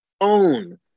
own